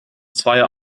zweier